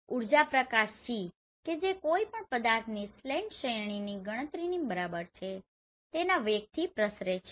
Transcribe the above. ઉર્જા પ્રકાશ C કે જે કોઈ પણ પદાર્થની સ્લેંટ શ્રેણીની ગણતરી ની બરાબર છે તેના વેગથી પ્રસરે છે